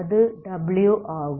அது w ஆகும்